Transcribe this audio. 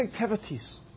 activities